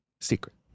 secret